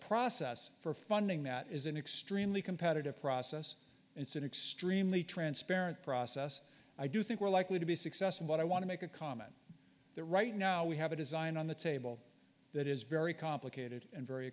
process for funding that is an extremely competitive process and it's an extremely transparent process i do think we're likely to be successful but i want to make a comment there right now we have a design on the table that is very complicated and very